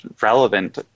relevant